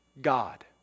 God